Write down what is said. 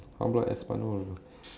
how about Espanol